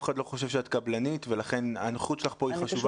אף אחד לא חושב שאת קבלנית ולכן הנוכחות שלך מאוד חשובה.